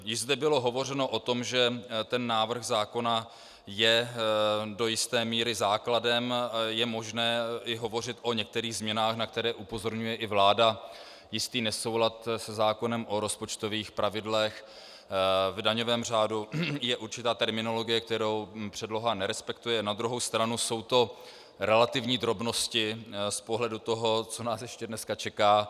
Již zde bylo hovořeno o tom, že ten návrh zákona je do jisté míry základem, je možné i hovořit o některých změnách, na které upozorňuje i vláda jistý nesoulad se zákonem o rozpočtových pravidlech, v daňovém řádu je určitá terminologie, kterou předloha nerespektuje, na druhou stranu jsou to relativní drobnosti z pohledu toho, co nás dneska ještě čeká.